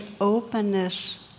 openness